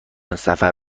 سفر